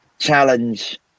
challenge